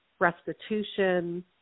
restitution